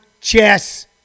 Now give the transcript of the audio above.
Chess